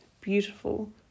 beautiful